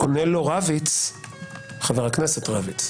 עונה לו חבר הכנסת רביץ: